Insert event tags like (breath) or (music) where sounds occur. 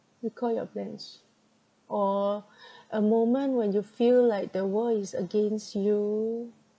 recall your plans or (breath) a moment when you feel like the world is against you